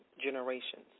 generations